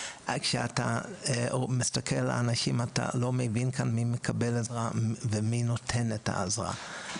כשאתה מסתכל על אנשים אתה לא מבין מי כאן מקבל עזרה ומי נותן את העזרה,